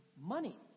money